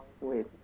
Wait